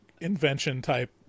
invention-type